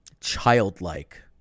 childlike